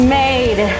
made